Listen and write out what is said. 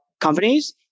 companies